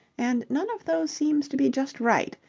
and none of those seems to be just right.